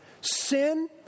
Sin